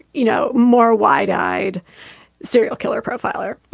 you know, more wide eyed serial killer profiler.